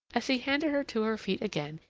as he handed her to her feet again,